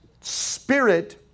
spirit